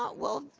ah well,